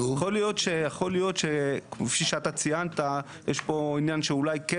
יכול להיות שכפי שאתה ציינת, יש פה עניין שאולי כן